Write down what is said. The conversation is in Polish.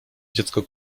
dziecko